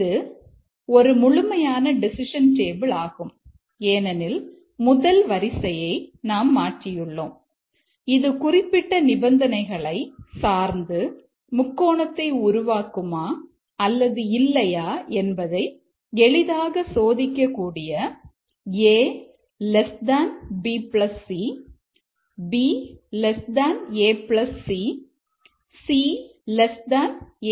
இது ஒரு முழுமையான டெசிஷன் டேபிள் ஆகும் ஏனெனில் முதல் வரிசைவரிசையை நாம் மாற்றியுள்ளோம் இது குறிப்பிட்ட நிபந்தனைகளை சார்ந்து முக்கோணத்தை உருவாக்குமா அல்லது இல்லையா என்பதை எளிதாக சோதிக்க கூடிய a b c b a c c a b